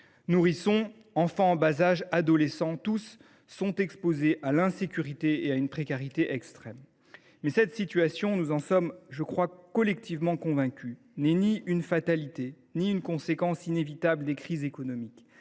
Nourrissons, enfants en bas âge, adolescents : tous sont exposés à l’insécurité et à une précarité extrême. Cette situation – nous en sommes, je le pense, collectivement convaincus – n’est ni une fatalité ni une conséquence inévitable des crises économiques.